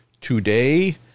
Today